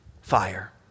fire